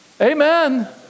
Amen